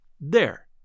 There